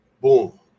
Boom